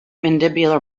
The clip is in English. mandibular